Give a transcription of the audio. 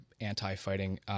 anti-fighting